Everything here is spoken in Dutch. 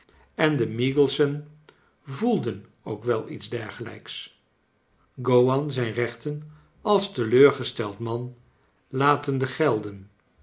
en de meaglessen voelden ook wel iets dergelijks gowan zijn rechten als teleurgesteld man latende gelden